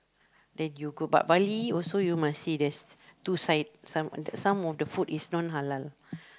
then you go but Bali also you must see there is two side some some of the food is non Halal